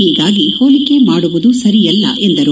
ಹೀಗಾಗಿ ಹೋಲಿಕೆ ಮಾಡುವುದು ಸರಿಯಲ್ಲ ಎಂದರು